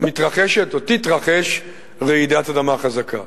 תתרחש רעידת אדמה חזקה.